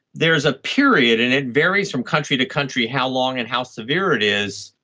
there's a period, and it varies from country to country how long and how severe it is,